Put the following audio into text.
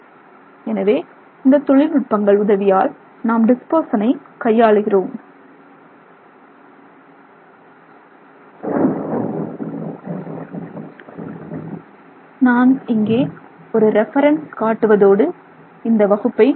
எனவே இந்த தொழில் நுட்பங்கள் உதவியால் நாம் துகளை பரப்புகிறோம் நான் இங்கே ஒரு ரெபெரென்ஸ் காட்டுவதோடு இந்த வகுப்பை முடிக்கிறேன்